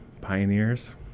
pioneers